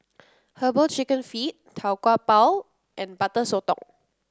herbal chicken feet Tau Kwa Pau and Butter Sotong